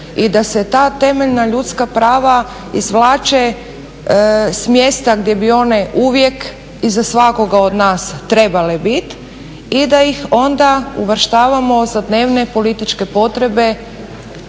i da se ta temeljna ljudska prava izvlače s mjesta gdje bi one uvijek i za svakoga od nas trebale bit i da ih onda uvrštavamo za dnevne političke potrebe